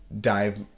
dive